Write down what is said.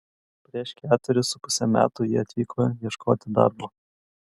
prieš ketverius su puse metų ji atvyko ieškoti darbo